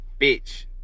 Bitch